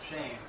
shame